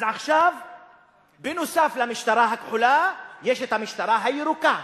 אז עכשיו נוסף על המשטרה הכחולה יש המשטרה הירוקה,